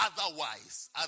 Otherwise